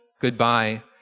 Goodbye